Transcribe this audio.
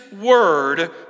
word